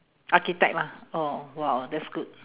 architect lah oh !wow! that's good